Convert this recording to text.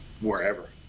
wherever